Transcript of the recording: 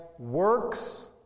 works